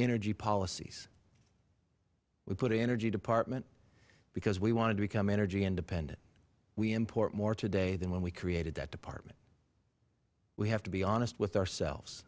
energy policies we put in an energy department because we want to become energy independent we import more today than when we created that department we have to be honest with ourselves